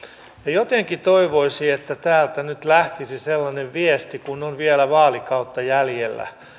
jotenkin toivoisi että täältä nyt lähtisi sellainen viesti kun on vielä vaalikautta jäljellä